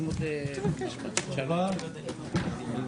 הצבעה בעד 8 נגד 4 נמנעים אין אושר.